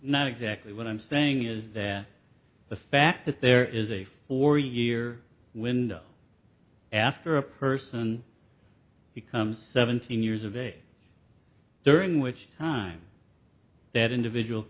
not exactly what i'm saying is that the fact that there is a four year window after a person becomes seventeen years of age during which time that individual